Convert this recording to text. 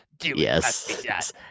yes